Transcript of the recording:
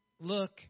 look